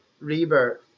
reber